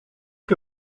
que